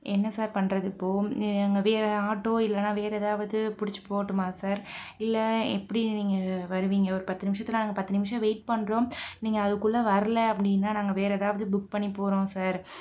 என்ன சார் பண்ணுறது இப்போது நாங்கள் வேறே ஆட்டோ இல்லைனா வேறே எதாவது பிடிச்சி போகட்டுமா சார் இல்லை எப்படி நீங்கள் வருவீங்க ஒரு பத்து நிமிடத்தில் நாங்கள் பத்து நிமிடம் வெயிட் பண்ணுறோம் நீங்கள் அதுக்குள்ள வரல அப்படின்னா நாங்கள் வேறே எதாவது புக் பண்ணி போகிறோம் சார்